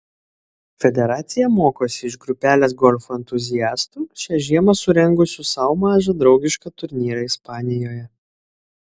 federacija mokosi iš grupelės golfo entuziastų šią žiemą surengusių sau mažą draugišką turnyrą ispanijoje